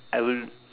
I will